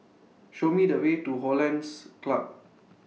Show Me The Way to Hollandse Club